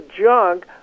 junk